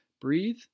breathe